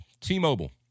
T-Mobile